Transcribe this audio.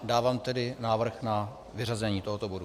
Dávám tedy návrh na vyřazení tohoto bodu.